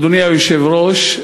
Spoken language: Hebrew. אדוני היושב-ראש,